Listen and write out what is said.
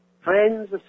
friends